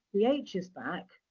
the h is back,